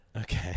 Okay